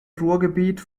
ruhrgebiet